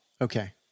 Okay